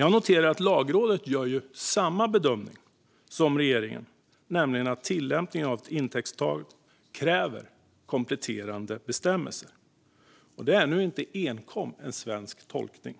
Jag noterar att Lagrådet gör samma bedömning som regeringen, nämligen att tillämpningen av ett intäktstak kräver kompletterande bestämmelser. Det är inte enkom en svensk tolkning,